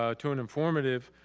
ah to an informative